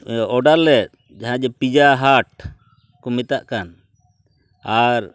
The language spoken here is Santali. ᱚᱰᱟᱨᱞᱮᱫ ᱡᱟᱦᱟᱸ ᱡᱮ ᱯᱤᱡᱟ ᱦᱟᱴ ᱠᱚ ᱢᱮᱛᱟᱜᱠᱟᱱ ᱟᱨ